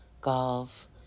golf